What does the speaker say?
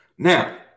Now